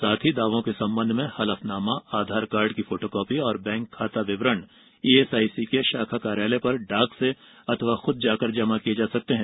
साथ ही दावों के संबंध में हलफनामा आधार कार्ड की फोटोकॉपी और बैंक खाता विवरण ईएसआईसी के शाखा कार्यालय पर डाक से खुद जाकर जमा किए जा सकते हैं